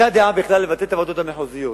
היתה דעה בכלל לבטל את הוועדות המחוזיות.